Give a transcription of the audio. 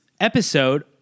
episode